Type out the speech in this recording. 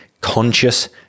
conscious